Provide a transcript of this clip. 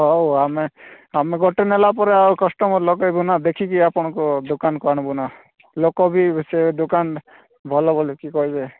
ହେଉ ଆମେ ଆମେ ଗୋଟିଏ ନେଲାପରେ ଆଉ କଷ୍ଟମର୍ ଲଗାଇବୁନା ଦେଖିକି ଆପଣଙ୍କୁ ଦୋକାନକୁ ଆଣିବୁନା ଲୋକ ବି ସେ ଦୋକାନ ଭଲ ବୋଲିକି କହିବେ